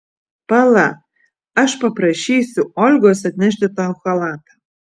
pala aš paprašysiu olgos atnešti tau chalatą